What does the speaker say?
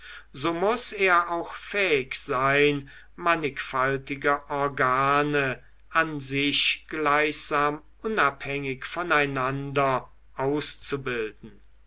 so muß er auch fähig sein mannigfaltige organe an sich gleichsam unabhängig voneinander auszubilden